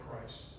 Christ